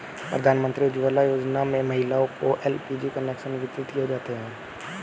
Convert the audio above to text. प्रधानमंत्री उज्ज्वला योजना में महिलाओं को एल.पी.जी कनेक्शन वितरित किये जाते है